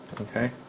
Okay